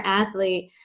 athlete